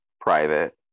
Private